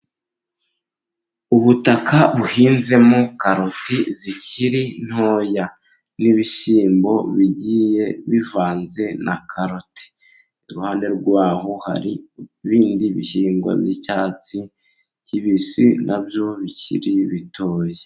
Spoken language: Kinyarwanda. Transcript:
Ubutaka buhinzemo karoti zikiri ntoya, n'ibishyimbo bigiye bivanze na karoti, iruhande rwaho hari ibindi bihingwa by'icyatsi kibisi nabyo bikiri bitoya.